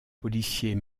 policier